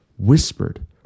whispered